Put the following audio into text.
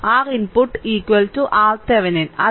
R input RThevenin